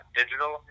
digital